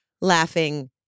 laughing